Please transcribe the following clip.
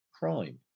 Crime